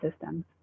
systems